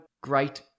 great